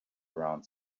around